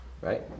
right